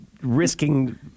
Risking